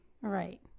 right